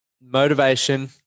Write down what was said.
motivation